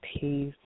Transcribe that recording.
Peace